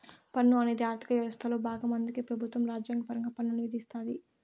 పన్ను అనేది ఆర్థిక యవస్థలో బాగం అందుకే పెబుత్వం రాజ్యాంగపరంగా పన్నుల్ని విధిస్తాది